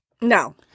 No